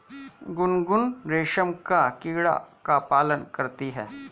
गुनगुन रेशम का कीड़ा का पालन करती है